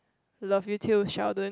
love you too Sheldon